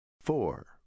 Four